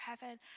heaven